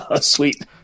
Sweet